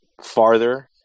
farther